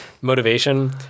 motivation